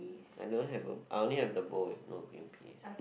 I don't have a I only have the bowl with not green paint